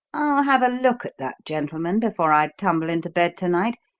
i'll have a look at that gentleman before i tumble into bed to-night,